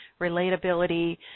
relatability